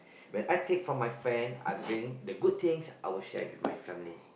when I take from my friend I bring the good things I will share with my family